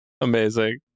Amazing